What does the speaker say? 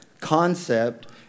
concept